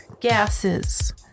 gases